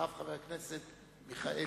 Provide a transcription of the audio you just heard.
אחריו חבר הכנסת מיכאלי.